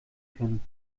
können